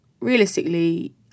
realistically